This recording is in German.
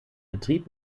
betrieb